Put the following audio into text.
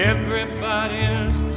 Everybody's